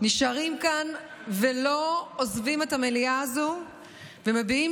נשארים כאן ולא עוזבים את המליאה הזו ומביעים